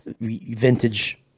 vintage